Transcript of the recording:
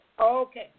Okay